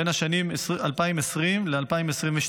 בין השנים 2020 ו-2022,